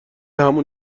همون